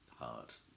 heart